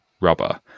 rubber